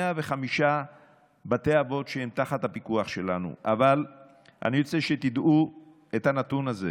האם אף אחת מהצעות החוק של האופוזיציה לא הייתה ראויה לדיון לפחות?